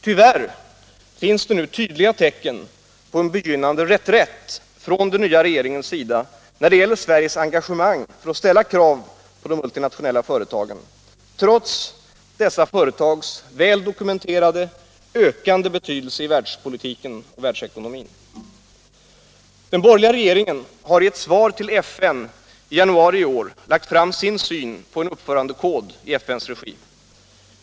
Tyvärr finns det nu tydliga tecken på en begynnande reträtt från den nya regeringens sida när det gäller Sveriges engagemang för att ställa krav på de multinationella företagen — trots dessa företags väl dokumenterade, ökande betydelse i världspolitiken och världsekonomin. Den borgerliga regeringen har i ett svar till FN i januari i år lagt fram sin syn på en uppförandekod i FN:s regi.